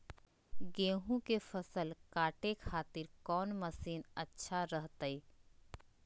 गेहूं के फसल काटे खातिर कौन मसीन अच्छा रहतय?